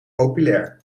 populair